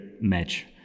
match